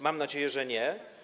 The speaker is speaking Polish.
Mam nadzieję, że nie.